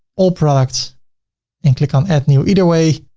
all products and click on add new. either way,